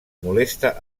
molesta